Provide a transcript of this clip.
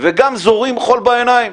וגם זורים חול בעיניים,